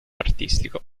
artistico